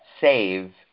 save